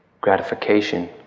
gratification